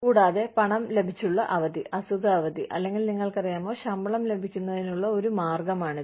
കൂടാതെ പണം ലഭിച്ചുള്ള അവധി അസുഖ അവധി അല്ലെങ്കിൽ നിങ്ങൾക്കറിയാമോ ശമ്പളം ലഭിക്കുന്നതിനുള്ള ഒരു മാർഗമാണിത്